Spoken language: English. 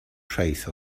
trace